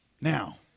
Now